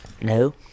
No